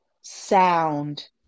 sound